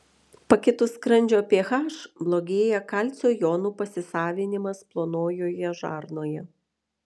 pakitus skrandžio ph blogėja kalcio jonų pasisavinimas plonojoje žarnoje